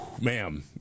Ma'am